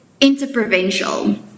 interprovincial